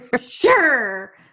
Sure